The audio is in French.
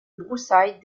broussailles